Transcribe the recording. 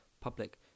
public